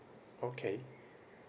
okay